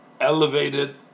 elevated